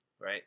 Right